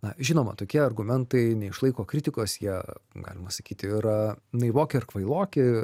na žinoma tokie argumentai neišlaiko kritikos jie galima sakyti yra naivoki ir kvailoki